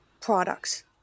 products